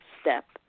step